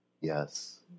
yes